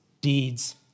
deeds